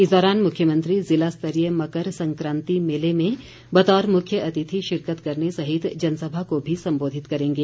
इस दौरान मुख्यमंत्री ज़िलास्तरीय मकर संक्रांति मेले में बतौर मुख्य अतिथि शिरकत करने सहित जनसभा को भी संबोधित करेंगे